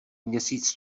měsíc